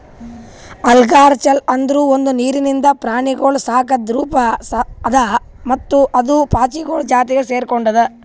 algaculture ಅಂದುರ್ ಒಂದು ನೀರಿಂದ ಪ್ರಾಣಿಗೊಳ್ ಸಾಕದ್ ರೂಪ ಅದಾ ಮತ್ತ ಅದು ಪಾಚಿಗೊಳ್ ಜಾತಿಗ್ ಸೆರ್ಕೊಂಡುದ್